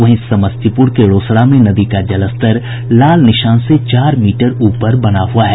वहीं समस्तीपुर के रोसड़ा में नदी का जलस्तर लाल निशान से चार मीटर ऊपर बना हुआ है